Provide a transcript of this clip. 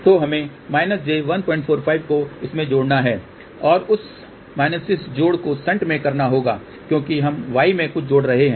तो हमें j145 को इसमें जोड़ना है और उस माइनस जोड़ को शंट में करना होगा क्योंकि हम y में कुछ जोड़ रहे हैं